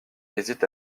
hésitent